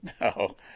No